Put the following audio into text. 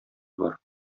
бар